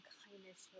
kindness